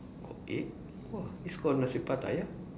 eh !wah! it's called Nasi Pattaya